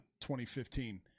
2015